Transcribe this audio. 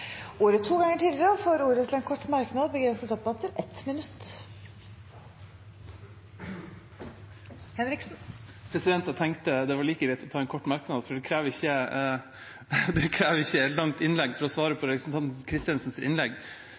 ordet to ganger tidligere i debatten og får ordet til en kort merknad, begrenset til 1 minutt. Jeg tenkte jeg like godt kunne ta en kort merknad, for det krever ikke et langt innlegg for å svare på representanten Kristensens innlegg.